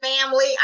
family